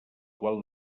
quan